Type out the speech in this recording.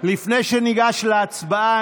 לפני שניגש להצבעה,